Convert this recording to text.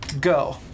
Go